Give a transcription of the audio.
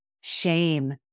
shame